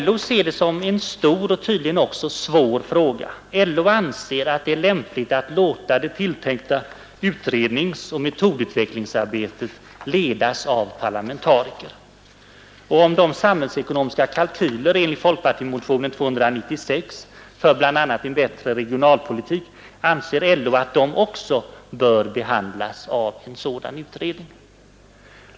LO ser detta som en stor, och tydligen också svår, fråga. LO anser att det är lämpligt att låta det tilltänkta utredningsoch metodutvecklingsarbetet ledas av parlamentariker! Och om de samhällsekonomiska kalkylerna enligt folkpartimotionen 296 för bl.a. en bättre regionalpolitik anser LO att de också bör behandlas av en sådan utredning.